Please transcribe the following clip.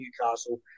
Newcastle